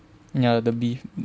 ya the beef